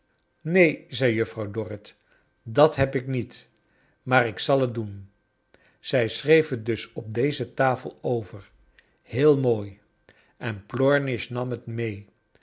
zei juffrouw dorrit dat heb ik niet maar ik zal het doen zij schreef het dus op deze tafel over heel mooi en plornish nam het mee